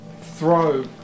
throw